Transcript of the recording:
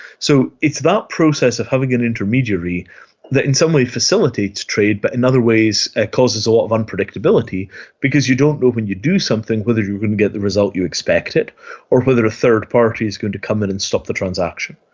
so it's that process of having an intermediary that in some ways facilitates trade but in other ways causes a lot of unpredictability because you don't know when you do something whether you are going to get the result you expected or whether a third party is going to come in and stop the transaction.